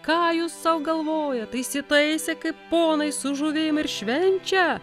ką jūs sau galvojat įsitaisė kaip ponai su žuvim ir švenčia